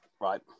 right